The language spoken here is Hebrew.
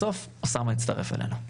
בסוף אוסאמה יצטרף אלינו.